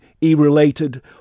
e-related